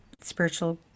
spiritual